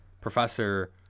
professor